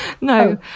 no